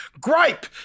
Gripe